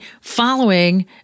following